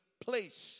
place